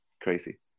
crazy